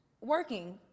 working